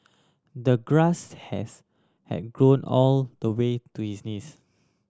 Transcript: the grass has had grown all the way to his knees